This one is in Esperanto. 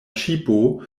ŝipo